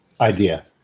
Idea